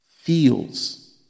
feels